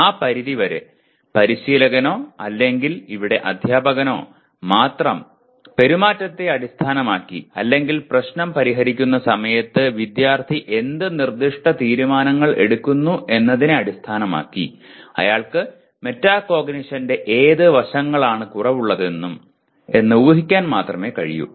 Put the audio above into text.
ആ പരിധിവരെ പരിശീലകനോ അല്ലെങ്കിൽ ഇവിടെ അധ്യാപകനോ മാത്രം പെരുമാറ്റത്തെ അടിസ്ഥാനമാക്കി അല്ലെങ്കിൽ പ്രശ്നം പരിഹരിക്കുന്ന സമയത്ത് വിദ്യാർത്ഥി എന്ത് നിർദ്ദിഷ്ട തീരുമാനങ്ങൾ എടുക്കുന്നു എന്നതിനെ അടിസ്ഥാനമാക്കി അയാൾക്ക് മെറ്റാകോഗ്നിഷന്റെ ഏത് വശങ്ങളാണ് കുറവുള്ളതെന്നും എന്ന് ഊഹിക്കാൻ മാത്രമേ കഴിയൂ